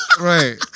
Right